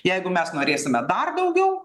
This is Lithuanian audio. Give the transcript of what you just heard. jeigu mes norėsime dar daugiau